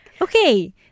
Okay